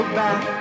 back